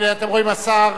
הנה, אתם רואים, השר